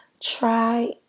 try